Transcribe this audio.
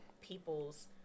people's